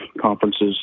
conferences